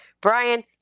Brian